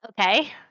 Okay